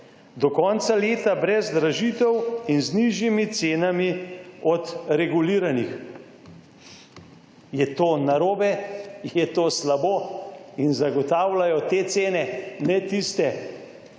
do konca leta brez dražitev in z nižjimi cenami od reguliranih. Je to narobe? Je to slabo? In zagotavljajo te cene, ne tiste,